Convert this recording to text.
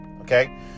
okay